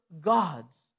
gods